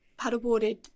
paddleboarded